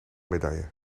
medaille